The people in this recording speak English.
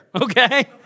okay